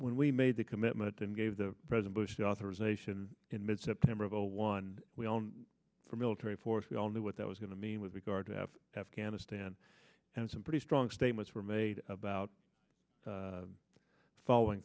when we made the commitment then gave the president bush the authorization in mid september of zero one for military force we all knew what that was going to mean with regard to have afghanistan and some pretty strong statements were made about following